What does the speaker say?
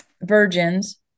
virgins